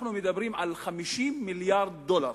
אנחנו מדברים על 50 מיליארד דולר.